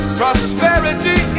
prosperity